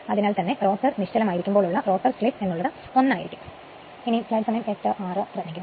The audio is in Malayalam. അതിനാൽ തന്നെ റോട്ടർ നിശ്ചലമായിരിക്കുമ്പോൾ ഉള്ള റോട്ടർ സ്ലിപ് എന്ന് ഉള്ളത് 1 ആയിരിക്കും